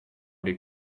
did